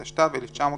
התשט"ו-1955,